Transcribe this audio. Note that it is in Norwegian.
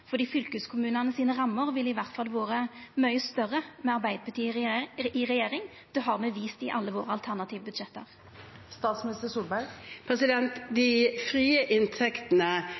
ville iallfall vore mykje større med Arbeidarpartiet i regjering. Det har me vist i alle våre alternative budsjett. De frie inntektene